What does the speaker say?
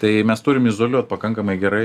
tai mes turim izoliuot pakankamai gerai